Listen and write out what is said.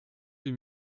die